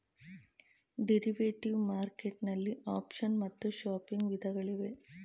derivative market ನಲ್ಲಿ option ಮತ್ತು swapping ವಿಧಗಳಿವೆ